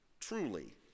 Truly